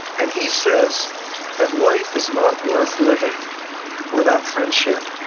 and he says that life is not worth living without friendship.